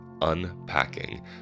unpacking